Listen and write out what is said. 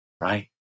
Right